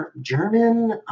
German